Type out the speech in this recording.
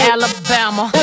Alabama